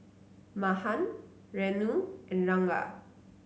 Mahan Renu and Ranga